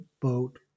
boat